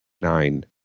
Nine